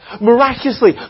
Miraculously